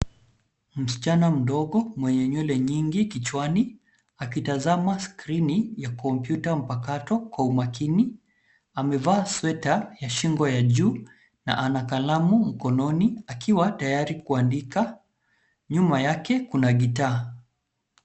Msichana mdogo mwenye nywele nyingi kichwani akitazama skrini ya kompyuta mpakato kwa umakini. Amevaa sweta ya shingo ya juu na ana kalamu mkononi akiwa tayari kuandika, nyuma yake kuna gitaa.